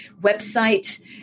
website